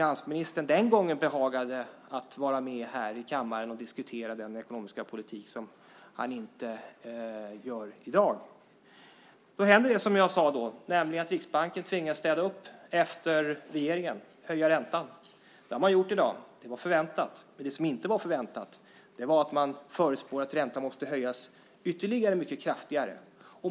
Den gången behagade finansministern vara med här i kammaren och diskutera den ekonomiska politiken, vilket han inte gör i dag. Nu händer det som jag sade då, nämligen att Riksbanken tvingas städa upp efter regeringen och höja räntan. Det har man gjort i dag. Det var förväntat, men det som inte var förväntat var att man förutspår att räntan måste höjas ytterligare mycket kraftigt.